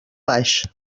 baix